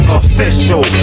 official